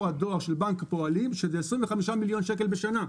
הדואר של בנק הפועלים שזה 25 מיליון שקלים בשנה.